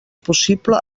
possible